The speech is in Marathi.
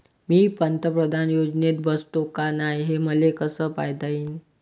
मी पंतप्रधान योजनेत बसतो का नाय, हे मले कस पायता येईन?